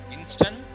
instant